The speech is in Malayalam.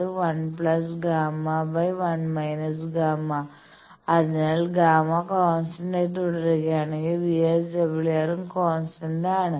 VSWR 1∣Γ∣ 1−∣Γ∣ അതിനാൽ ∣Γ∣ കോൺസ്റ്റന്റ് ആയി തുടരുകയാണെങ്കിൽ VSWR ഉം കോൺസ്റ്റന്റ് ആണ്